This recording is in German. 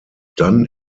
dann